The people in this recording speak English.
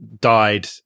died